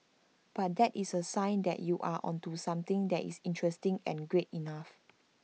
but that is A sign that you are onto something that is interesting and great enough